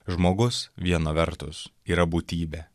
žmogus viena vertus yra būtybė